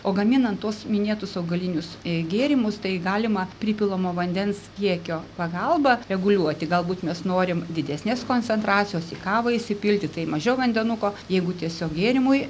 o gaminant tuos minėtus augalinius e gėrimus tai galima pripilama vandens kiekio pagalba reguliuoti galbūt mes norim didesnės koncentracijos į kavą įsipilti tai mažiau vandenuko jeigu tiesiog gėrimui